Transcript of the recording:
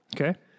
Okay